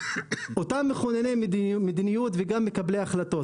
אותם מכונני מדיניות ומקבלי החלטות,